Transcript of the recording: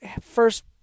first